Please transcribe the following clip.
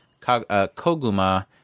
Koguma